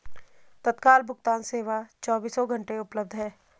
तत्काल भुगतान सेवा चोबीसों घंटे उपलब्ध है